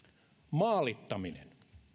maalittaminen